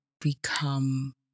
become